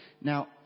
Now